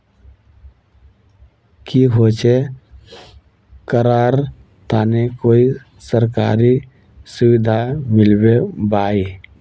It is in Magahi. की होचे करार तने कोई सरकारी सुविधा मिलबे बाई?